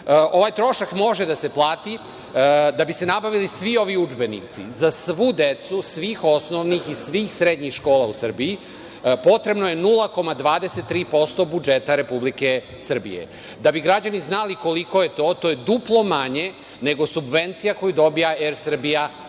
Ovaj trošak može da se plati. Da bi se nabavili svi ovi udžbenici, za svu decu, svih osnovnih i svih srednjih škola u Srbiji, potrebno je 0,23% budžeta Republike Srbije. Da bi građani znali koliko je to, to je duplo manje nego subvencija koju dobija „Er Srbija“